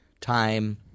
Time